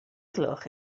gloch